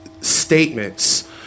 statements